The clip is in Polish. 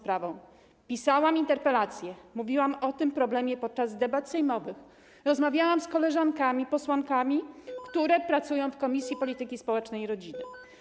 Pisałam interpelacje, mówiłam o tym problemie podczas debat sejmowych, rozmawiałam z koleżankami posłankami, które pracują w Komisji Polityki Społecznej i Rodziny.